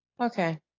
Okay